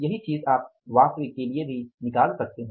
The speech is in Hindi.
यही चीज़ आप वास्तविक के लिए भी निकाल सकते हैं